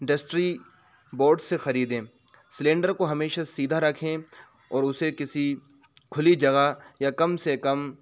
distribute سے خریدیں cylinder کو ہمیشہ سیدھا رکھیں اور اسے کسی کھلی جگہ یا کم سے کم